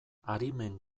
arimen